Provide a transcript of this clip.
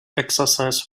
exercise